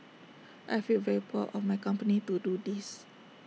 I feel very proud of my company to do this